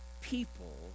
people